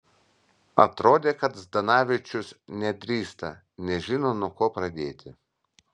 atrodė kad zdanavičius nedrįsta nežino nuo ko pradėti